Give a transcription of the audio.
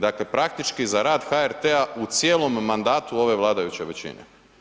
Dakle, praktički za rad HRT u cijelom mandatu ove vladajuće većine.